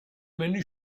many